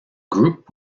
group